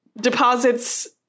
Deposits